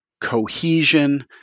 cohesion